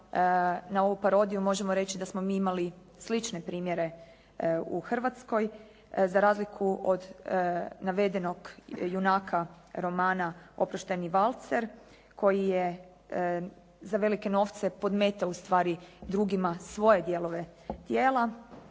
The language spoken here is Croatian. na ovu parodiju možemo reći da smo mi imali slične primjere u Hrvatskoj za razliku od navedenog junaka romana Oproštajni valcer koji je za velike novce podmetao ustvari drugima svoje dijelove tijela